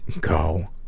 go